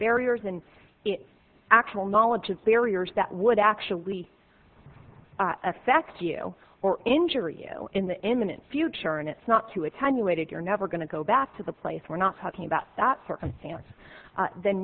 barriers and actual knowledge of barriers that would actually affect you or injure you in the imminent future and it's not too attenuated you're never going to go back to the place we're not talking about that circumstance then